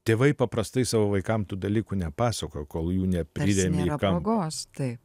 tėvai paprastai savo vaikam tų dalykų nepasakojo kol jų nepriremė į kampą